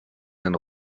den